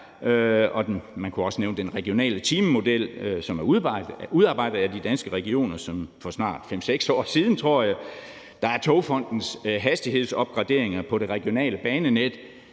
den regionale timemodel, som er udarbejdet af Danske Regioner for snart 5-6 år siden, tror jeg. Der er Togfonden DK's hastighedsopgraderinger på det regionale banenet.